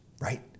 Right